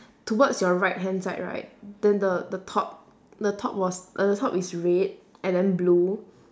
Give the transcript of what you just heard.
towards your right hand side right then the the top the top was at the top is red and then blue